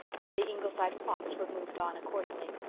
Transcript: and the ingleside clocks were moved on accordingly.